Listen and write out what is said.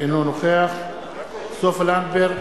אינו נוכח סופה לנדבר,